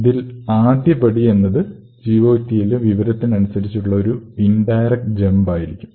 ഇതിൽ ആദ്യത്തെ പ്രസ്താവന GOT യിലെ വിവരത്തിനനുസരിച്ചുള്ള ഒരു ഇൻഡയറക്ട് ജംപ് ആയിരിക്കും